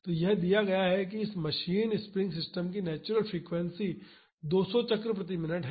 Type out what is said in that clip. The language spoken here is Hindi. तो यह दिया गया है कि इस मशीन स्प्रिंग सिस्टम की नेचुरल फ्रीक्वेंसी 200 चक्र प्रति मिनट है